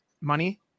money